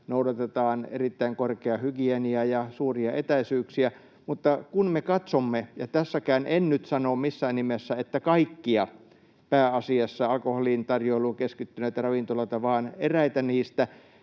noudatetaan erittäin korkeaa hygieniaa ja suuria etäisyyksiä. Mutta kun me katsomme — ja tässäkään en nyt missään nimessä sano, että kaikkia — pääasiassa alkoholin tarjoiluun keskittyneitä ravintoloita, eräitä niistä,